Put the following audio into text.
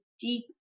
deep